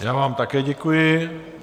Já vám také děkuji.